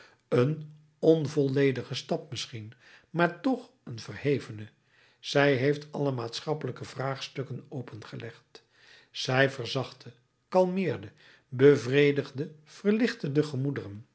heeft een onvolledige stap misschien maar toch een verhevene zij heeft alle maatschappelijke vraagstukken opengelegd zij verzachtte kalmeerde bevredigde verlichtte de